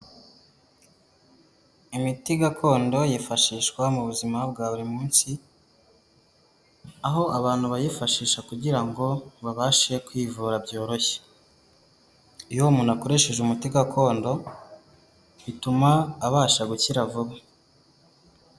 Imiti gakondo yifashishwa mu buzima bwa buri munsi, aho abantu bayifashisha kugira ngo babashe kwivura byoroshye, iyo akoresheje umuti gakondo bituma abasha gukira vuba.